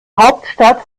hauptstadt